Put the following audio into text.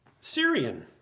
Syrian